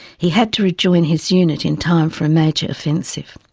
he had to rejoin his unit in time for a major offensive.